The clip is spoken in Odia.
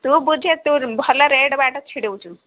ତୁ ବୁଝେ ତୁ ଭଲ ରେଟ୍ ବାଟ୍ ଛିଡ଼ଉଛୁ